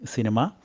Cinema